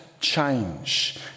change